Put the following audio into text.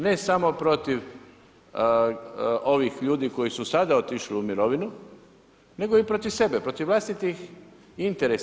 Ne samo protiv ovih ljudi koji su sada otišli u mirovinu, nego i protiv sebe, protiv vlastitih interesa.